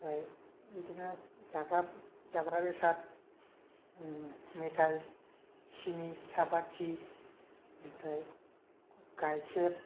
बिदिनो जाग्रा जाग्रा बेसाद मिथाइ सिनि सापाति ओमफ्राय गाइखेर